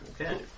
Okay